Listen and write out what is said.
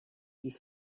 dies